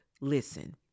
listen